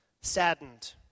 saddened